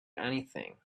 anything